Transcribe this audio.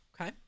Okay